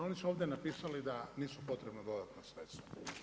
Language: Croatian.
Oni su ovdje napisali da nisu potrebna dodatna sredstva.